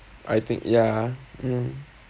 I think ya mm